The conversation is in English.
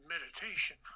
meditation